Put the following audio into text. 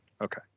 Okay